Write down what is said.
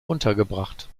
untergebracht